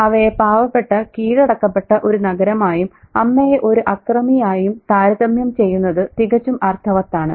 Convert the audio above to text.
അവയെ പാവപ്പെട്ട കീഴടക്കപ്പെട്ട ഒരു നഗരമായും അമ്മയെ ഒരു അക്രമിയായും താരതമ്യം ചെയ്യുന്നത് തികച്ചും അർത്ഥവത്താണ്